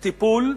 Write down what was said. טיפול,